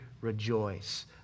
rejoice